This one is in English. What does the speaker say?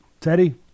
Teddy